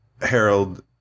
Harold